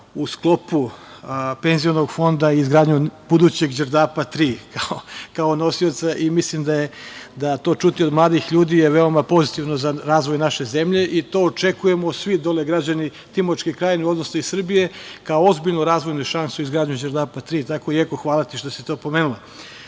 u sklopu penzionog fonda izgradnju budućeg Đerdapa 3, kao nosioca i mislim da to čuti od mladih ljudi je veoma pozitivno za razvoj naše zemlje i to očekujemo svi dole građani Timočke krajine, odnosno Srbije, kao ozbiljnu razvojnu šansu, izgradnju Đerdapa 3. Tako da, Jeko, hvala ti što si to pomenula. Danas